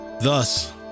thus